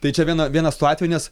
tai čia viena vienas tų atvejų nes